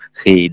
khi